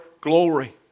glory